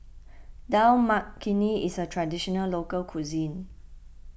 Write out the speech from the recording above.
Dal Makhani is a Traditional Local Cuisine